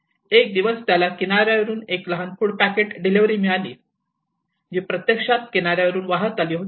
एक दिवस त्याला किनाऱ्यावरून एक लहान फूड पॅकेट डिलिव्हरी मिळाली जी प्रत्यक्षात किनाऱ्यावरून वाहत आली होती